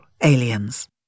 aliens